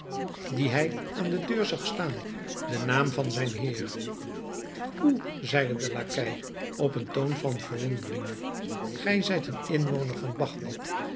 die hij aan de deur zag staan den naam van zijn heer hoe zeide de lakkei op een toon van verwondering gij zijt een inwoner van bagdad